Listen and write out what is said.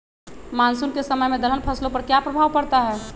Monsoon के समय में दलहन फसलो पर क्या प्रभाव पड़ता हैँ?